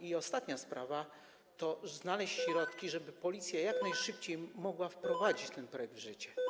I ostatnia sprawa to znalezienie środków, żeby Policja jak najszybciej mogła wprowadzić ten projekt w życie.